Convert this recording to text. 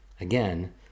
Again